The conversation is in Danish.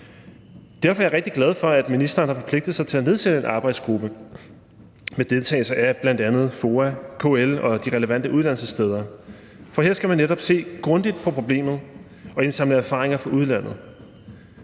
Derfor er jeg rigtig glad for, at ministeren har forpligtet sig til at nedsætte en arbejdsgruppe med deltagelse af bl.a. FOA, KL og de relevante uddannelsessteder, for her skal man netop se grundigt på problemet og indsamle erfaringer fra udlandet.